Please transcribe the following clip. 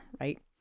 right